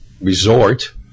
Resort